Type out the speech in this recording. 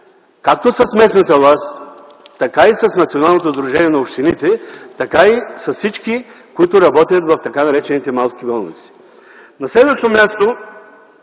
както с местната власт, така и с Националното сдружение на общините, така и с всички, които работят в така наречените малки болници. На следващо място,